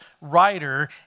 writer